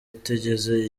itigeze